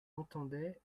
entendaient